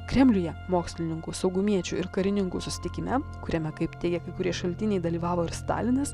kremliuje mokslininkų saugumiečių ir karininkų susitikime kuriame kaip teigia kai kurie šaltiniai dalyvavo ir stalinas